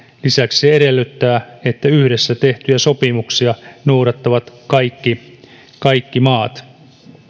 lisäksi se edellyttää että yhdessä tehtyjä sopimuksia noudattavat kaikki kaikki maat